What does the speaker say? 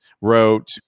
wrote